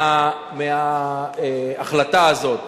מההחלטה הזאת